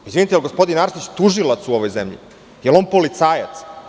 Izvinite, jel gospodin Arsić tužilac u ovoj zemlji, jel on policajac?